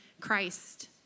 Christ